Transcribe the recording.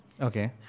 Okay